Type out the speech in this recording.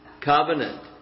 Covenant